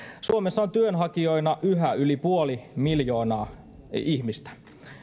suomessa on työnhakijoina yhä yli puoli miljoonaa ihmistä